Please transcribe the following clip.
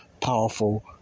powerful